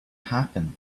happen